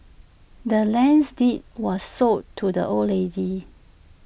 the land's deed was sold to the old lady